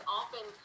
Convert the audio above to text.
often